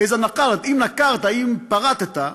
אם נקרת, אם פרטת,